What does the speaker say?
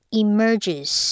emerges